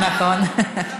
נכון.